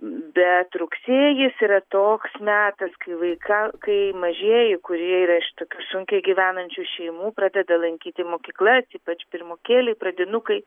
bet rugsėjis yra toks metas kai vaika kai mažieji kurie yra iš tokių sunkiai gyvenančių šeimų pradeda lankyti mokyklas ypač pirmokėliai pradinukai